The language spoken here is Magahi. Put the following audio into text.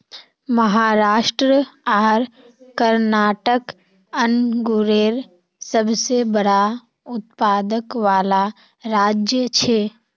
महाराष्ट्र आर कर्नाटक अन्गुरेर सबसे बड़ा उत्पादक वाला राज्य छे